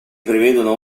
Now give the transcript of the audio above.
prevedono